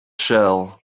shell